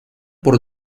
por